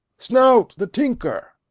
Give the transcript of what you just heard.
snout, the tinker!